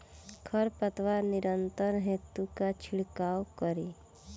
खर पतवार नियंत्रण हेतु का छिड़काव करी?